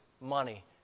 money